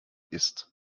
isst